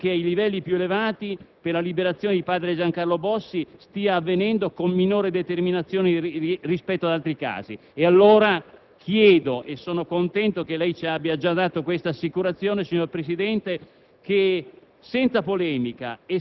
che il proprio impegno politico, anche ai livelli più elevati, per la liberazione di padre Giancarlo Bossi stia avvenendo con minore determinazione rispetto ad altri casi. Chiedo - e sono contento che lei abbia già dato questa assicurazione - che, senza